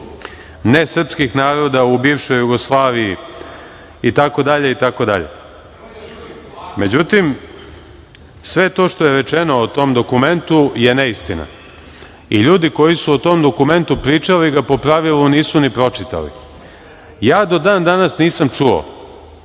nesrpskih naroda u bivšoj Jugoslaviji itd.Međutim, sve to što je rečeno o tom dokumentu je neistina i ljudi koji su o tom dokumentu pričali ga, po pravilu, nisu ni pročitali. Ja do dan danas nisam čuo